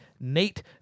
Nate